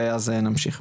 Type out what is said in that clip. בבקשה.